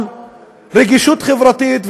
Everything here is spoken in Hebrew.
על רגישות חברתית,